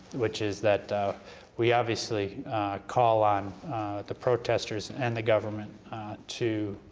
which is that we obviously call on the protesters and the government to